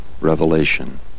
revelation